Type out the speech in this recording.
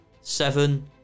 seven